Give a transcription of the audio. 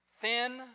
thin